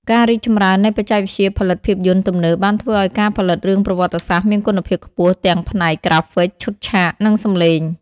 ការរីកចម្រើននៃបច្ចេកវិទ្យាផលិតភាពយន្តទំនើបបានធ្វើឲ្យការផលិតរឿងប្រវត្តិសាស្ត្រមានគុណភាពខ្ពស់ ទាំងផ្នែក ក្រាហ្វិក ឈុតឆាក និងសំឡេង។